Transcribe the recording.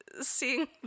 seeing